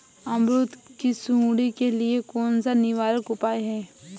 अमरूद की सुंडी के लिए कौन सा निवारक उपाय है?